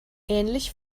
ähnlich